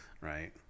Right